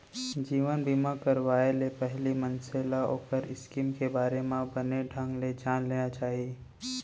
जीवन बीमा करवाय ले पहिली मनसे ल ओखर स्कीम के बारे म बने ढंग ले जान लेना चाही